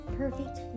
perfect